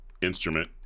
instrument